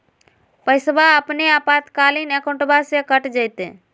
पैस्वा अपने आपातकालीन अकाउंटबा से कट जयते?